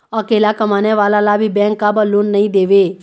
अकेला कमाने वाला ला भी बैंक काबर लोन नहीं देवे?